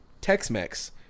Tex-Mex